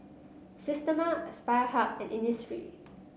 Systema Aspire Hub and Innisfree